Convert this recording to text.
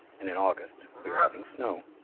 and in august we are having snow.